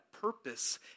purpose